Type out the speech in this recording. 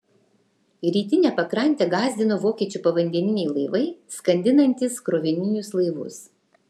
rytinę pakrantę gąsdino vokiečių povandeniniai laivai skandinantys krovininius laivus